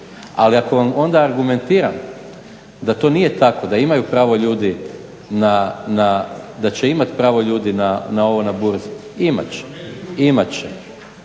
Ali ako vam onda argumentiram da to nije tako, da će imat pravo ljudi na ovo na burzi, imat će.